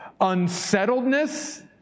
unsettledness